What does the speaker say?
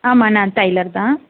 ஆமாம் நான் டெய்லர் தான்